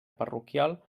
parroquial